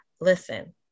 listen